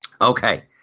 Okay